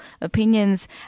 opinions